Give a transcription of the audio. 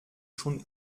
schon